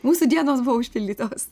mūsų dienos buvo užpildytos